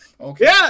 Okay